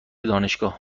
دانشگاه